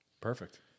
Perfect